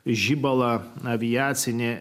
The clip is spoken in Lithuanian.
žibalą aviacinį